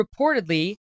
reportedly